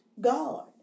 God